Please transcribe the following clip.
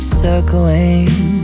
circling